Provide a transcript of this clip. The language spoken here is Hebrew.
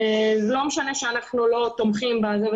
לא משנה שאנחנו לא תומכים בזה,